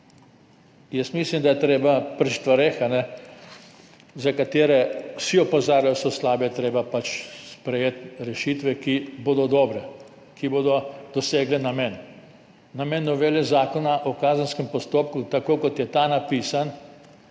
Mislim, da je treba pri stvareh, za katere vsi opozarjajo, da so slabe, pač sprejeti rešitve, ki bodo dobre, ki bodo dosegle namen. Namen novele Zakona o kazenskem postopku, tako, kot je ta napisan,